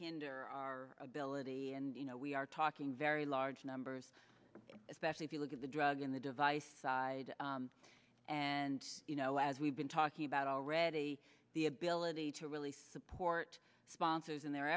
hinder our ability and you know we are talking very large numbers especially if you look at the drug in the device side and you know as we've been talking about already the ability to really support sponsors in their